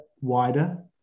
wider